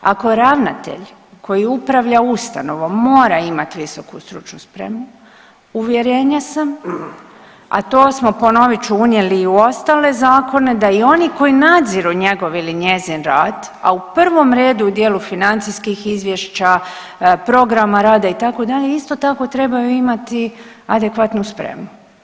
Ako ravnatelj koji upravlja ustanovom mora imati visoku stručnu spremu uvjerenja sam, a to smo ponovit ću unijeli i u ostale zakone da i oni koji nadziru njegov ili njezin rad, a u prvom redu u dijelu financijskih izvješća, programa rada itd., isto tako trebaju imati adekvatnu spremu.